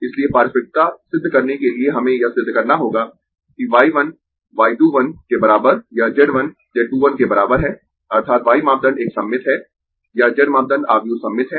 इसलिए पारस्परिकता सिद्ध करने के लिए हमें यह सिद्ध करना होगा कि y 1 y 2 1 के बराबर या z 1 z 2 1 के बराबर है अर्थात् y मापदंड एक सममित है या z मापदंड आव्यूह सममित है